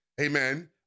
Amen